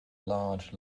large